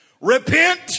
repent